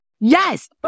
Yes